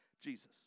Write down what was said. Jesus